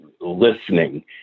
listening